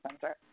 center